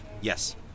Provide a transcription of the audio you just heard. Yes